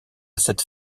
cette